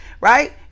right